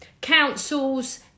councils